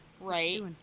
Right